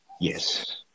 Yes